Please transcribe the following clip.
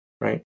right